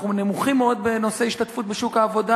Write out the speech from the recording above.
אנחנו נמוכים מאוד בנושא השתתפות בשוק העבודה.